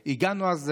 הגענו אז לפשרה.